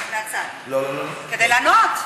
אז מהצד כדי לענות.